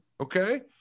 okay